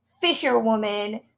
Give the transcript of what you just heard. fisherwoman